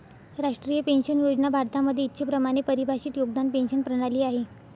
राष्ट्रीय पेन्शन योजना भारतामध्ये इच्छेप्रमाणे परिभाषित योगदान पेंशन प्रणाली आहे